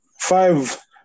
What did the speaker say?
five